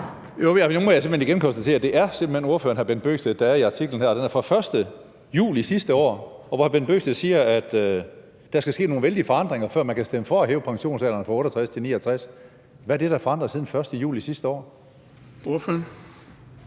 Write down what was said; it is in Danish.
Nu må jeg igen konstatere, at det simpelt hen er ordføreren, hr. Bent Bøgsted, der er i artiklen her, som er fra den 1. juli sidste år, og hvor hr. Bent Bøgsted siger, at der skal ske nogle vældige forandringer, før man kan stemme for at hæve pensionsalderen fra 68 til 69 år. Hvad er det, der er forandret siden den 1. juli sidste år? Kl.